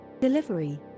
delivery